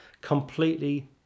completely